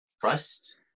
trust